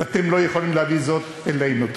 ואתם לא יכולים להביא זאת אלינו.